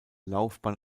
laufbahn